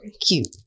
Cute